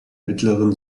mittleren